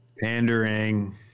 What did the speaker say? Pandering